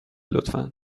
لطفا